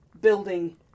building